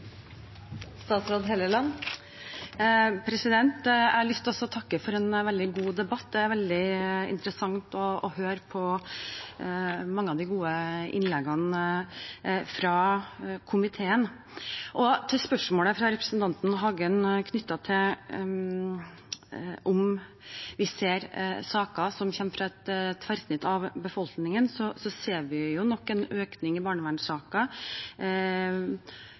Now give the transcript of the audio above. veldig interessant å høre på mange av de gode innleggene fra komiteen. Til spørsmålet fra representanten Hagen om vi ser saker som kommer fra et tverrsnitt av befolkningen: Vi ser nok en økning i